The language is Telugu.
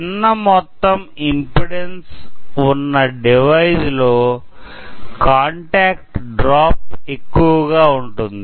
చిన్న మొత్తం ఇంపిడెన్సు ఉన్న డివైస్ లో కాంటాక్ట్ డ్రాప్ ఎక్కువగా ఉంటుంది